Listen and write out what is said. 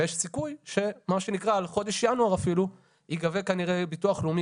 יש סיכוי שמה שנקרא על חודש ינואר אפילו ייגבה ביטוח לאומי